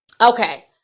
Okay